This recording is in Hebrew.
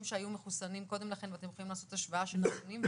שהיו מחוסנים קודם לכן ואתם יכולים לעשות השוואה של נתונים,